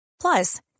Plus